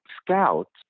scouts